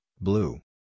blue